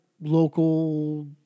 local